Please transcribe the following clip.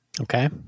Okay